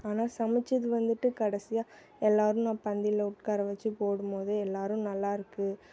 ஆனால் சமைத்தது வந்துட்டு கடைசியாக எல்லோரும் நான் பந்தியில உட்கார வச்சு போடும் போது எல்லோரும் நல்லாயிருக்கு